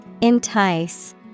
Entice